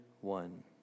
one